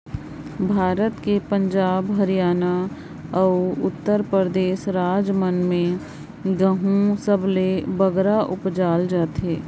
भारत कर पंजाब, हरयाना, अउ उत्तर परदेस राएज मन में गहूँ सबले बगरा उपजाल जाथे